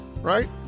right